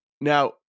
Now